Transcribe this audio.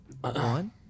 One